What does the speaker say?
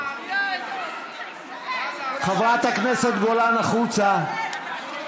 חברת הכנסת גולן, החוצה.